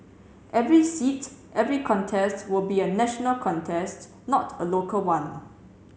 every seats every contest will be a national contest not a local one